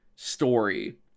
story